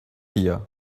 here